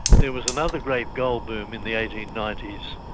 there was another great gold boom in the eighteen ninety s,